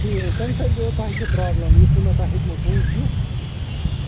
کِہیٖنٛۍ تَمہِ سۭتۍ گٔیو تۄہہِ تہِ پرٛابلم یُس نہٕ مےٚ تۄہہِ ہیٚکِمَو پۅنٛسہٕ دِتھ